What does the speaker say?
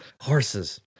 Horses